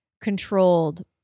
controlled